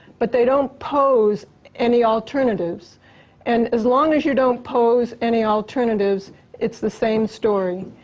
but they don't pose any alternatives and as long as you don't pose any alternatives it's the same story.